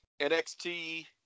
NXT